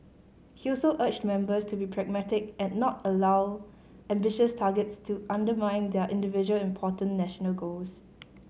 he also urged members to be pragmatic and not allow ambitious targets to undermine their individual important national goals